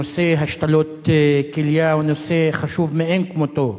נושא השתלות כליה הוא נושא חשוב מאין כמותו.